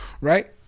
right